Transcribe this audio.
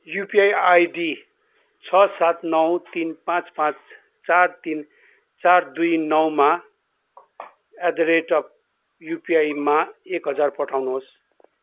UPI ID छ सात नौ तिन पाँच पाँच चार तिन चार दुई नौ मा एट द रेट अफ युपिआईमा एक हजार पठाउनुहोस्